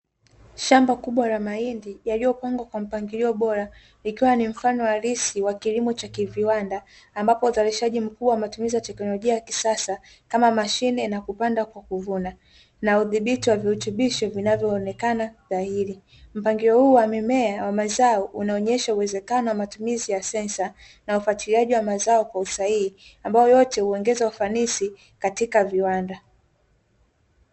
Shamba kubwa la mahindi yaliyo pangiliwa kwa mpangilio bora ikiwa ni mfano wa kihalisi wa kilimo cha kiviwanda, ambapo uzalishaji mkubwa wa matumizi ya tekinolojia wa kisasa, kama mashine na kupandwa kuvuna na udhibiti wa virutubisho unao onekana dhaili. Mpangilio huu wa mimea na mazao unaonesha uezekano wa matumizi ya sensa na ufatiliaji wa mazao kwa usahihi ambayo yote huongeza ufanisi katika viwanda.